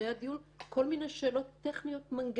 היא מעוררת כל מיני שאלות טכניות-מנגנוניות